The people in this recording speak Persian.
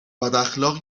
بداخلاقی